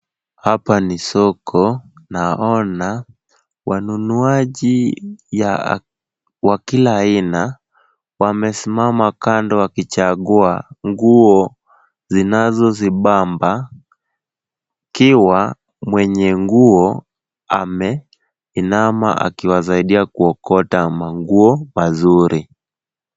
Hapa ni soko. Naona wanunuaji wa kila aina wamesimama kando wakichagua nguo zinazozibamba , akiwa mwenye nguo ameinama akiwasaidia kuokota manguo mazuri.